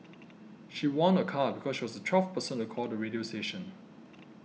she won a car because she was the twelfth person to call the radio station